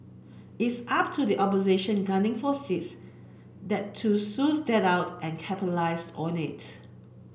it's up to the opposition gunning for seats there to suss that out and capitalise on it